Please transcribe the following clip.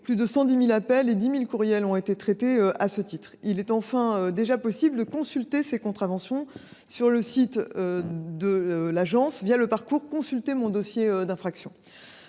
Plus de 110 000 appels et quelque 10 000 courriels ont été traités à ce titre. Enfin, sachez qu’il est déjà possible de consulter ses contraventions sur le site de l’Antai, le parcours « Consulter mon dossier d’infraction ».